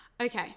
okay